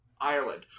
Ireland